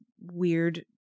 weird